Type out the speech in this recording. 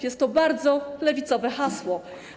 Jest to bardzo lewicowe hasło.